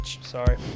Sorry